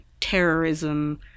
terrorism